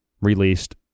released